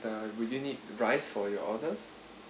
uh would you need rice for your orders